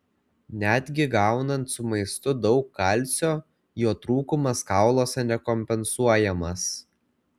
netgi gaunant su maistu daug kalcio jo trūkumas kauluose nekompensuojamas